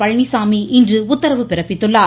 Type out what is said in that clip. பழனிசாமி இன்று உத்தரவு பிறப்பித்துள்ளார்